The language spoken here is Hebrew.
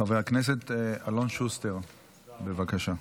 חבר הכנסת אלון שוסטר, בבקשה.